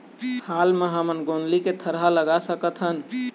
हाल मा हमन गोंदली के थरहा लगा सकतहन?